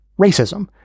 racism